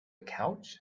couch